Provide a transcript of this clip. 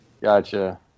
Gotcha